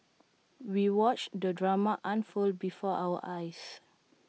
we watched the drama unfold before our eyes